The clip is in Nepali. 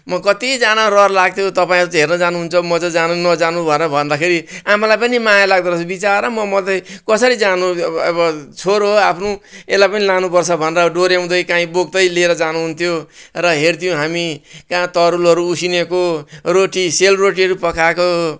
मो कति जान रहर लाग्थ्यो तपाईँहरू त हेर्नु जानु हुन्छ म चाहिँ जानु नजानु भनेर भन्दाखेरि आमालाई पनि माया लाग्दो रहेछ बिचरा म मात्रै कसरी जानु छोरो आफ्नो यसलाई पनि लानु पर्छ भनेर डोऱ्याउँदै कहीँ बोक्दै लिएर जानु हुन्थ्यो र हेर्थ्यो हामी कहाँ तरुलहरू उसिनेको रोटी सेल रोटीहरू पकाएको